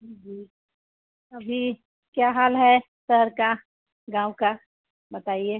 जी अभी क्या हाल है सर का गाँव का बताइए